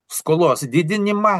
skolos didinimą